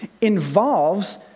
involves